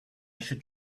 should